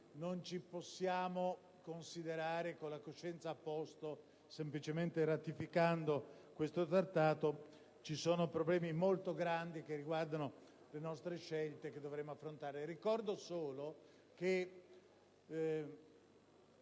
non ci possiamo considerare con la coscienza a posto semplicemente ratificando questo Accordo, poiché ci sono problemi molto grandi che riguardano le nostre scelte e che dovremo affrontare. Ricordo solo che